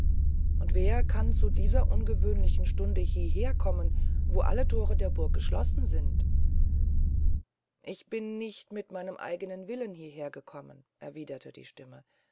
und wer kann zu dieser ungewöhnlichen stunde hieher kommen wo alle thore der burg verschlossen sind ich bin nicht mit meinem willen hieher gekommen erwiederte die stimme